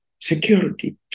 security